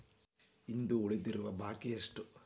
ಇಂದು ಉಳಿದಿರುವ ಬಾಕಿ ಎಷ್ಟು?